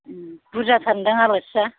बुरजाथारदां आलासिया